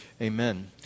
Amen